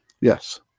Yes